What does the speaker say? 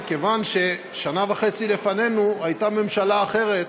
כיוון ששנה וחצי לפנינו הייתה ממשלה אחרת,